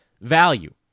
Value